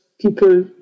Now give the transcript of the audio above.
people